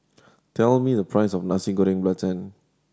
tell me the price of Nasi Goreng Belacan